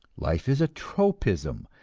life is a tropism,